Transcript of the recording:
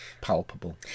palpable